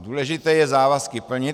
Důležité je závazky plnit.